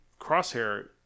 Crosshair